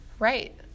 Right